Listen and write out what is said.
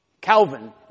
Calvin